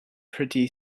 pretty